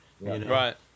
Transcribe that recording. Right